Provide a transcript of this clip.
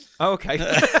Okay